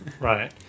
right